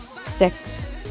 six